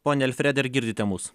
pone alfredai ar girdite mus